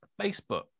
Facebook